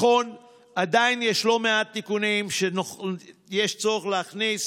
נכון, עדיין יש לא מעט תיקונים שיש צורך להכניס